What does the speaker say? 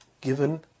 given